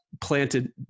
planted